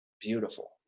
beautiful